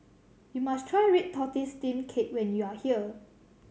you must try red tortoise steamed cake when you are here